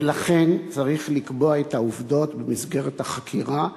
ולכן צריך לקבוע את העובדות במסגרת החקירה.